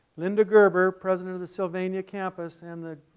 linda gerber president of the sylvania campus and the